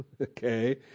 Okay